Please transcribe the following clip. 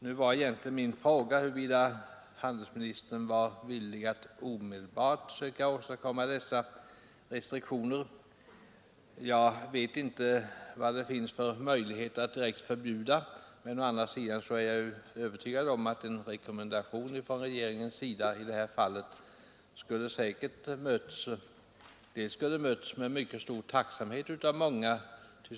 Nu var egentligen min fråga huruvida handelsministern var villig att omedelbart söka åstadkomma dessa restriktioner. Jag vet inte vad det finns för möjlighet att direkt införa förbud av detta slag, men å andra sidan är jag övertygad om att en rekommendation från regeringen i detta fall säkerligen skulle mötas med mycket stor tacksamhet av många.